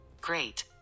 Great